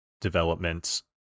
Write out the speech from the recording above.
developments